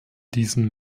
diesen